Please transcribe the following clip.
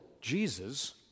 Jesus